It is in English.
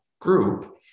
group